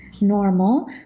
normal